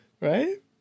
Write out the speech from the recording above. Right